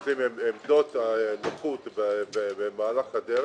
עושים עמדות נוחות במהלך הדרך,